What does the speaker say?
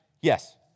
Yes